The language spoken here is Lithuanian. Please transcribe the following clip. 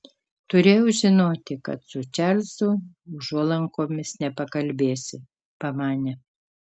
turėjau žinoti kad su čarlzu užuolankomis nepakalbėsi pamanė